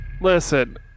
listen